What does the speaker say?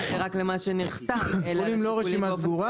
זה רק למה שנחתם אלא לשיקולים --- השיקולים לא רשומה סגורה,